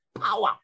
power